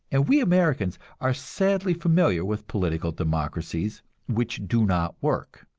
and we americans are sadly familiar with political democracies which do not work.